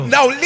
Now